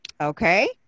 Okay